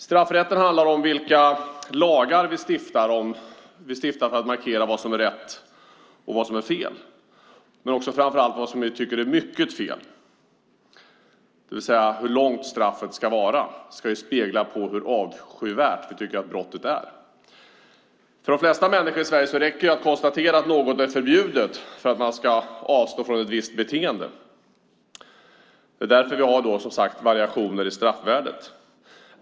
Straffrätten handlar om vilka lagar vi stiftar för att markera vad som är rätt och vad som är fel, framför allt det som vi tycker är mycket fel, det vill säga hur långt straffet ska vara och om det ska avspegla hur avskyvärt vi tycker att brottet är. För de flesta människor i Sverige räcker det med att konstatera att något är förbjudet för att man ska avstå från ett visst beteende. Det är därför vi har variationer i straffvärdet.